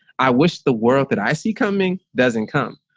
i wish the world that i see coming doesn't come.